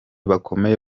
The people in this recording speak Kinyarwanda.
bakomeye